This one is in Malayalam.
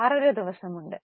5 ദിവസമുണ്ട്